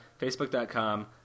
Facebook.com